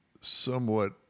somewhat